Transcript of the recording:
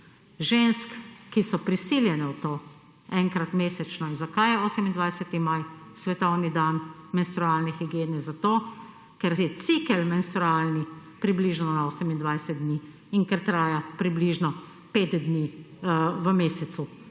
žensk, ki so prisiljene v to enkrat mesečno in zakaj 28. maj svetovni dan menstrualne higiene, zato ker je cikel menstrualni približno na 28 dni in ker traja približno 5 dni v mesecu,